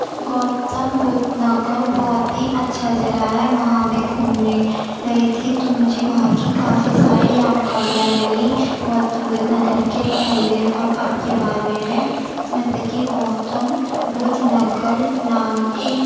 گوتم بدھ نگر بہت ہی اچھا ضلع ہے وہاں میں گھومنے گئی تھی تو مجھے وہاں کی کافی ساری جانکاریاں ملی گوتم بدھ نگر کے پہلے اور اب کے بارے میں جیسا کہ گوتم بدھ نگر نام ایک